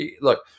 look